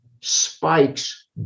spikes